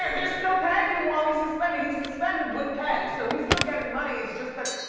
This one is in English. um they're still paying him while he's suspended. he's suspended with pay, so he's still getting money, it's just that.